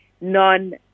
non